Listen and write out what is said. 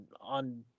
on